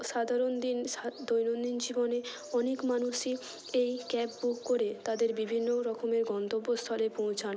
ও সাধারণ দিন সা দৈনন্দিন জীবনে অনেক মানুষই এই ক্যাব বুক করে তাদের বিভিন্ন রকমের গন্তব্যস্থলে পৌঁছান